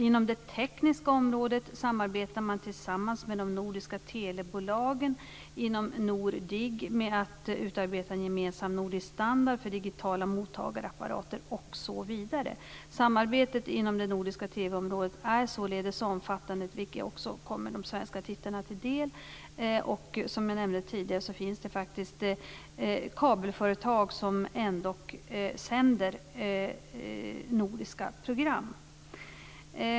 Inom det tekniska området samarbetar man tillsammans med de nordiska telebolagen inom NorDig med att utarbeta en gemensam nordisk standard för digitala mottagarapparater, osv. Samarbetet inom det nordiska TV-området är således omfattande, vilket också kommer de svenska tittarna till del. Som jag nämnde tidigare finns det faktiskt kabelföretag som sänder nordiska program.